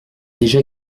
déjà